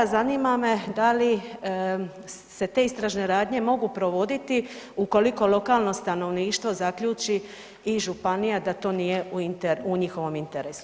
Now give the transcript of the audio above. Zanima me da li se te istražne radnje mogu provoditi ukoliko lokalno stanovništvo zaključi i županija da to nije u njihovom interesu?